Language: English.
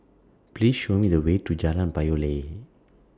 Please Show Me The Way to Jalan Payoh Lai